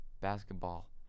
basketball